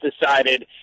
decided